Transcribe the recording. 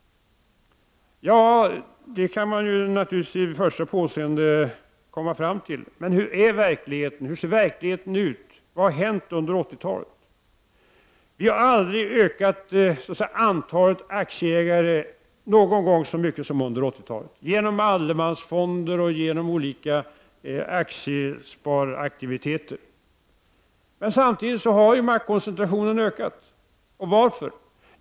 I början kan man förstås komma fram till den ståndpunkten, men hur ser verkligheten ut, vad har hänt under 80-talet? Antalet aktieägare har aldrig ökat så mycket som under 80-talet — genom allemansfonder och genom olika aktiesparaktiviteter. Samtidigt har maktkoncentrationen ökat och varför?